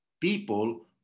People